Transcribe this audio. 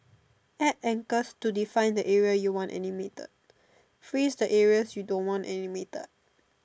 add ankles to define the area you want animated freeze the areas you don't want animated